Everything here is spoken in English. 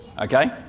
okay